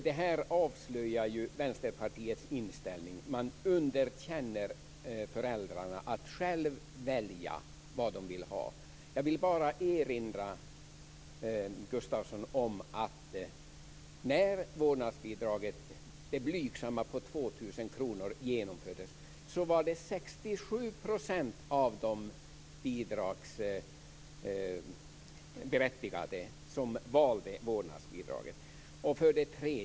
Det avslöjar Vänsterpartiets inställning. Man underkänner föräldrarnas möjlighet att själva välja vad de vill ha. Jag vill erinra Gustavsson om att när vårdnadsbidraget, det blygsamma på 2 000 kronor, genomfördes var det 67 % av de bidragsberättigade som valde vårdnadsbidraget.